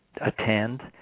attend